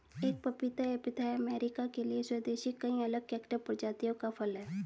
एक पपीता या पिथाया अमेरिका के लिए स्वदेशी कई अलग कैक्टस प्रजातियों का फल है